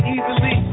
Easily